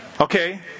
Okay